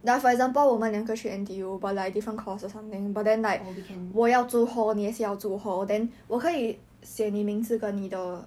oh we can